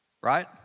right